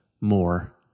more